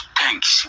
thanks